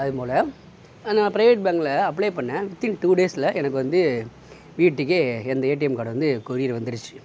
அதுபோல் நான் பிரைவேட் பேங்க்கில் அப்ளே பண்ணே வித்தின் டூ டேஸில் எனக்கு வந்து வீட்டுக்கே அந்த ஏடிஎம் கார்டு வந்து கொரியர் வந்துடுச்சு